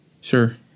Sure